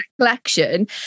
collection